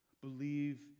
Believe